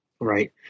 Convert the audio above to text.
right